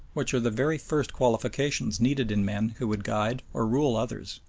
which are the very first qualifications needed in men who would guide or rule others.